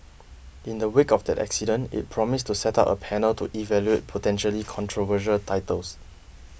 in the wake of that incident it promised to set up a panel to evaluate potentially controversial titles